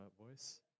voice